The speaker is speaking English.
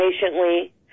patiently